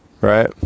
right